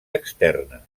externa